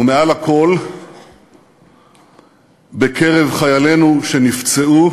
ומעל הכול בקרב חיילינו שנפצעו